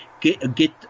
get